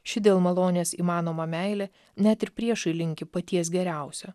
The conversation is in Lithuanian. ši dėl malonės įmanoma meilė net ir priešui linki paties geriausio